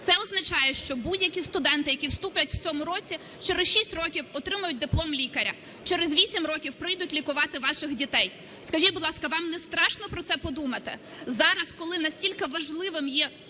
Це означає, що будь-які студенти, які вступлять у цьому році, через 6 років отримають диплом лікаря, через 8 років прийдуть лікувати ваших дітей. Скажіть, будь ласка, вам не страшно про це подумати? Зараз, коли наскільки важливим є